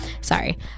sorry